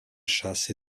chasse